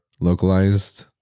localized